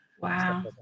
Wow